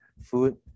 food